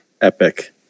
epic